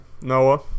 Noah